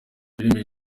filimi